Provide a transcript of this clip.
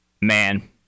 Man